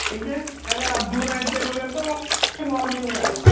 ٹھیک ہے نہیں اگر آپ دو رہتے بولے تو مارننگ میں آئیے